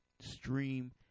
stream